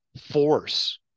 force